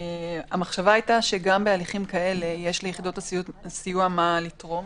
המחשבה היתה שגם בהליכים כאלה יש ליחידות הסיוע מה לתרום.